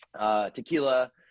tequila